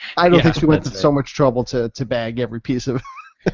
i don't think she went to so much trouble to to bag every piece of